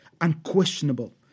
Unquestionable